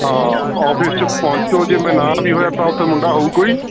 ਹਾਂ ਆਫਿਸ 'ਚ ਪਹੁੰਚੋ ਜੇ ਮੈਂ ਨਾ ਵੀ ਹੋਇਆ ਤਾਂ ਉੱਥੇ ਮੁੰਡਾ ਹੋਊ ਕੋਈ